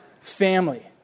family